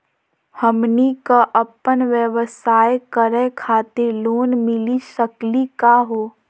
हमनी क अपन व्यवसाय करै खातिर लोन मिली सकली का हो?